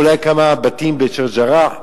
אולי כמה בתים בשיח'-ג'ראח?